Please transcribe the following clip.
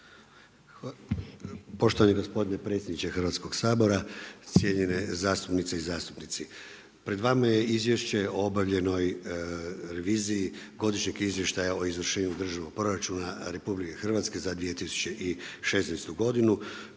Poštovani gospodine predsjedniče Hrvatsko sabora, cijenjene zastupnice i zastupnici. Pred vama je Izvješće o obavljenoj reviziji godišnjeg izvještaja o izvršenju državnog proračuna RH za 2016. godinu,